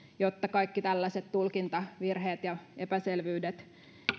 jotta kaikki tällaiset tulkintavirheet ja epäselvyydet